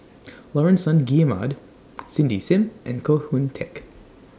Laurence Nunns Guillemard Cindy SIM and Koh Hoon Teck